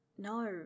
No